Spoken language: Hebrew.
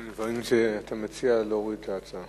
אני מבין שאתה מציע להוריד את ההצעה.